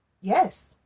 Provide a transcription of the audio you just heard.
yes